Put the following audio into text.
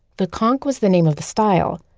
the conk was the name of the style,